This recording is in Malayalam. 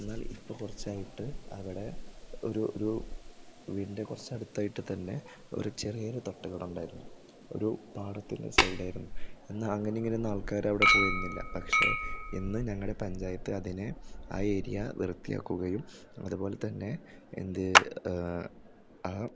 എന്നാൽ ഇപ്പം കുറച്ചായിട്ട് അവിടെ ഒരു ഒരു വീടിൻ്റെ കുറച്ച് അടുത്തായിട്ട് തന്നെ ഒരു ചെറിയൊരു തട്ടുകട ഉണ്ടായിരുന്നു ഒരു പാടത്തിൻ്റെ സൈഡായിരുന്നു എന്നാൽ അങ്ങനെ ഇങ്ങനെയൊന്നും ആൾക്കാരവിടെ പോയിരുന്നില്ല പക്ഷേ ഇന്ന് ഞങ്ങളെ പഞ്ചായത്ത് അതിനെ ആ ഏരിയ വൃത്തിയാക്കുകയും അതുപോലെ തന്നെ എൻ്റെ ആ